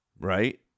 Right